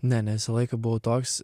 ne ne visą laiką buvo toks